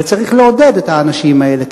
אבל צריך לעודד את האנשים האלה.